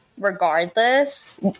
regardless